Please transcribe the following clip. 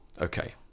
okay